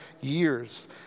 years